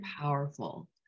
powerful